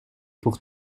pour